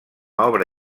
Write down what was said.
obra